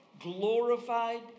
glorified